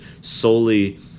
solely